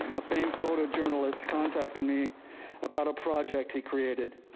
a famed photo journalist contacted me about a project he created.